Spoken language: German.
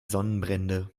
sonnenbrände